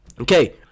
Okay